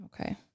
Okay